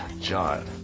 John